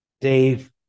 Dave